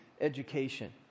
education